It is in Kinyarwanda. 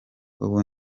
ubu